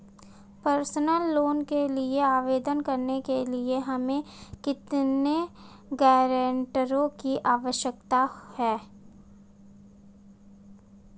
Personal loan के लिए आवेदन करने के लिए हमें कितने गारंटरों की आवश्यकता है?